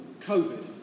COVID